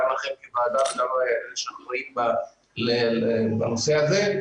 גם לכם כוועדה וגם למי שאחראים לנושא הזה.